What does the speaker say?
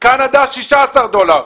קנדה, 16 דולר.